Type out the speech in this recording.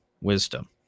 wisdom